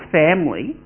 family